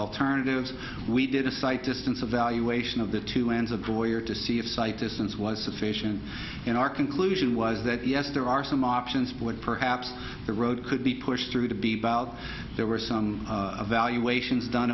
alternatives we did a site distance evaluation of the two lands of boyer to see if sight distance was sufficient and our conclusion was that yes there are some options but perhaps the road could be pushed through to be bout there were some evaluations done